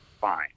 fine